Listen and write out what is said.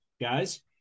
guys